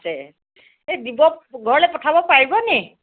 আছে এই দিব ঘৰলৈ পঠাব পাৰিব নি